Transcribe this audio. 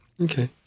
okay